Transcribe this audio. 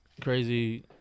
crazy